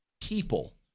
people